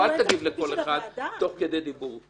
אני מבקש, אל תגיב לכל אחד תוך כדי דיבור.